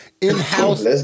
in-house